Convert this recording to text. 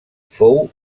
fou